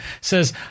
says